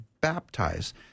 baptize